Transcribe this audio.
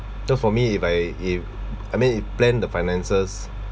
so for me if I if I mean you plan the finances